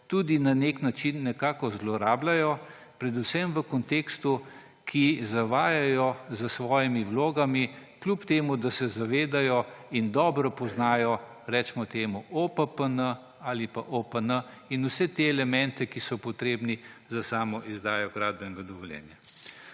tudi na nek način nekako zlorabljajo, predvsem v kontekstu, da zavajajo s svojimi vlogami, čeprav se zavedajo in dobro poznajo OPPN ali pa OPN in vse te elemente, ki so potrebni za samo izdajo gradbenega dovoljenja.